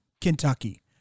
Kentucky